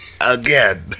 again